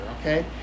okay